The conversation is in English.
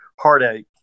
heartache